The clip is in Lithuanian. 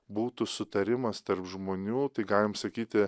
būtų sutarimas tarp žmonių tai galim sakyti